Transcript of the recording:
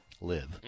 live